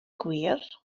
gwir